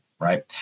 right